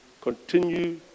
continue